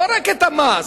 לא רק את המס,